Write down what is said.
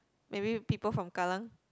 maybe people from kallang